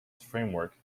framework